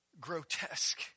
grotesque